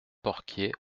porquier